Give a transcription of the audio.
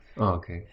okay